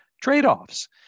trade-offs